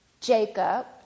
Jacob